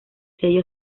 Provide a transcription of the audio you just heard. sello